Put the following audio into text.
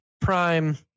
Prime